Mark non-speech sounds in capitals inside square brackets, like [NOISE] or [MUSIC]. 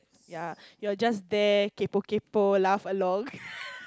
yeah your just there kaypoh kaypoh laugh along [LAUGHS]